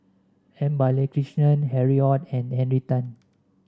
M Balakrishnan Harry Ord and Henry Tan